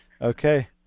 Okay